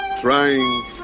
trying